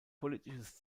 politisches